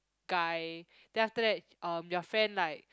guy then after that um your friend like